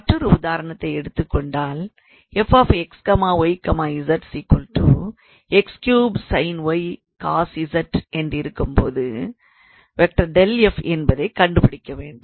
மற்றொரு உதாரணத்தை எடுத்துக்கொண்டால் 𝑓𝑥 𝑦 𝑧 𝑥3 sin 𝑦 cos 𝑧 என்றிருக்கும்போது என்பதை கண்டுபிடிக்க வேண்டும்